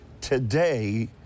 today